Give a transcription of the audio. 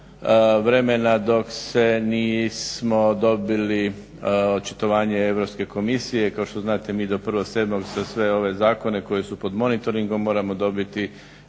vremena dok nismo dobili očitovanje Europske komisije. Kao što znate mi do 1.7.sve ove zakone koji su pod monitoringom moramo dobiti